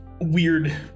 weird